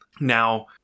Now